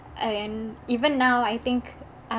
and even now I think